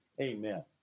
Amen